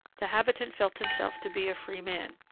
the habitant felt himself to be a free man.